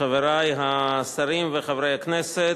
חברי השרים וחברי הכנסת,